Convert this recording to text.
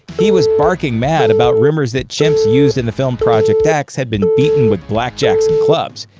he was barking mad about rumors that chimps used in the film project x had been beaten with blackjacks and clubs.